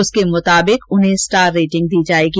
उसके मुताबिक उन्हें स्टार रेटिंग दी जाएगी